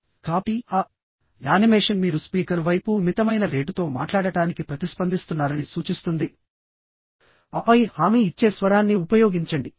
కాబట్టి ఆ యానిమేషన్ మీరు స్పీకర్ వైపు మితమైన రేటుతో మాట్లాడటానికి ప్రతిస్పందిస్తున్నారని సూచిస్తుంది ఆపై హామీ ఇచ్చే స్వరాన్ని ఉపయోగించండి